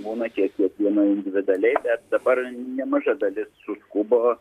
būna tiek kiekvieno individualiai bet dabar nemaža dalis suskubo